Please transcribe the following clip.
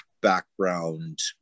background